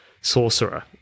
Sorcerer